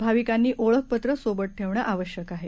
भाविकांनी ओळख पत्र सोबत ठेवणं आवश्यक आहे